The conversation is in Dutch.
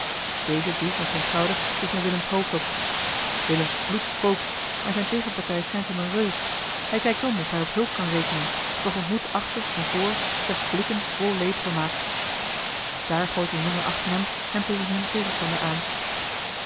deze duwt met zijn schouder tegen willems hoofd op willems bloed kookt maar zijne tegenpartij schijnt hem een reus hij kijkt om of hij op hulp kan rekenen doch ontmoet achter en voor slechts blikken vol leedvermaak daar gooit een jongen achter hem hem tegen zijn tegenstander aan